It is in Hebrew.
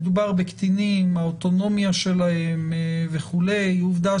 מדובר בקטינים האוטונומיה שלהם וכו' היא עובדה